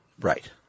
Right